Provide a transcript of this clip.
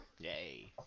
Yay